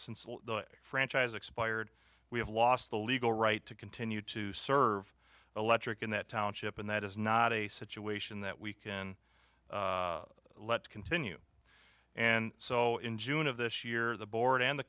since since franchise expired we have lost the legal right to continue to serve electric in that township and that is not a situation that we can let continue and so in june of this year the board and the